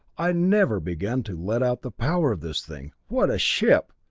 i never began to let out the power of this thing! what a ship!